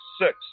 six